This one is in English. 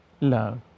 Love